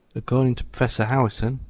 according to professor howison,